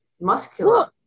muscular